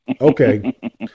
Okay